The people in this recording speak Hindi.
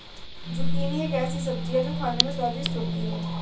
जुकिनी एक ऐसी सब्जी है जो खाने में स्वादिष्ट होती है